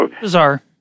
Bizarre